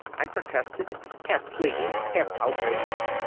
i protested, half pleading, half outraged.